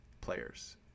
players